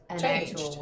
changed